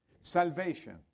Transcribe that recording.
salvation